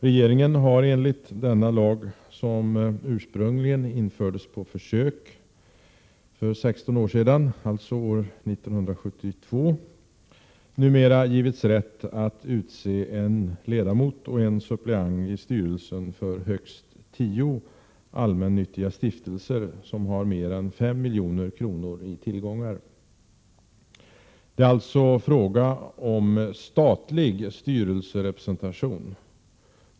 Regeringen har enligt denna lag — som ursprungligen infördes på försök för 16 år sedan, alltså år 1972 — givits rätt att utse en ledamot och en suppleant i styrelsen för högst tio allmännyttiga stiftelser som har mer än 5 milj.kr. i tillgångar. Det är alltså fråga om statlig styrelserepresentation.